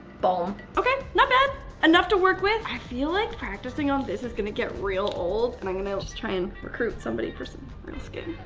bone, okay not bad enough to work with i feel like practicing on this is gonna get real old and i'm gonna just try and recruit somebody for some skin.